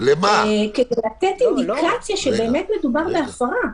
כדי לתת אינדיקציה שבאמת מדובר בהפרה,